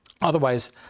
Otherwise